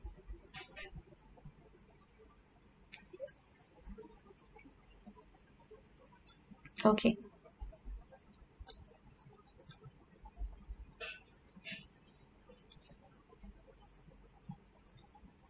okay